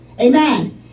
Amen